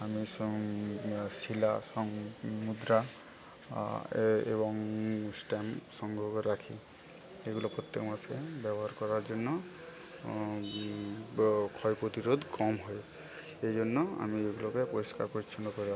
আমি শিলা সং মুদ্রা এ এবং ষ্ট্যাম্প সংগ্রহ করে রাখি এগুলো প্রত্যেক মাসে ব্যবহার করার জন্য ক্ষয় প্রতিরোধ কম হয় এইজন্য আমি এইগুলোকে পরিষ্কার পরিচ্ছন্ন করে